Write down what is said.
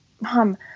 Mom